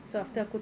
mm